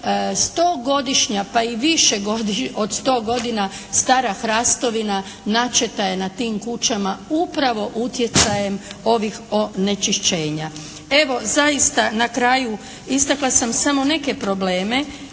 stogodišnja pa i više od sto godina stara hrastovina načeta je na tim kućama upravo utjecajem ovih onečišćenja. Evo zaista na kraju istakla sam samo neke probleme,